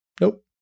nope